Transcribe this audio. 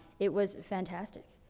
it was fantastic.